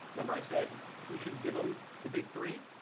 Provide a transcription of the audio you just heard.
remember i said you should give em the big three?